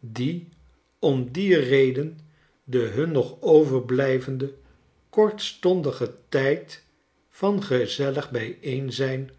die om die reden den hun nogoverblijvenden kortstondigen tijdvan gezellig bijeenzijn